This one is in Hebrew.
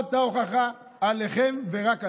חובת ההוכחה עליכם ורק עליכם.